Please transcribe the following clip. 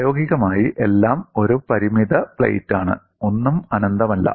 പ്രായോഗികമായി എല്ലാം ഒരു പരിമിത പ്ലേറ്റാണ് ഒന്നും അനന്തമല്ല